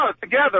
together